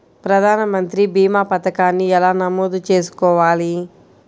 ప్రధాన మంత్రి భీమా పతకాన్ని ఎలా నమోదు చేసుకోవాలి?